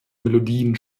melodien